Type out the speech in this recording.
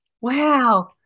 wow